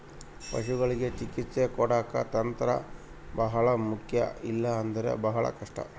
ಪಶುಗಳಿಗೆ ಚಿಕಿತ್ಸೆ ಕೊಡಾಕ ತಂತ್ರ ಬಹಳ ಮುಖ್ಯ ಇಲ್ಲ ಅಂದ್ರೆ ಬಹಳ ಕಷ್ಟ